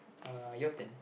uh your turn